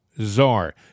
czar